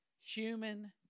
Human